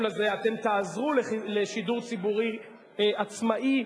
הזה אתם תעזרו לשידור ציבורי עצמאי,